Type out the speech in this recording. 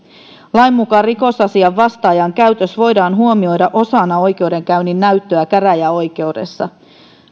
lain mukaan rikosasian vastaajan käytös voidaan huomioida osana oikeudenkäynnin näyttöä käräjäoikeudessa